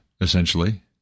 essentially